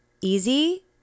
easy